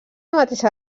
mateixa